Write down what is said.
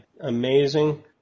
amazing